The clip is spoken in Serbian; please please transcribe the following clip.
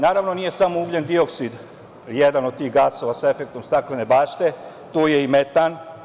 Nije samo ugljendioksid jedan od tih gasova sa efektom staklene bašte, tu je i metan.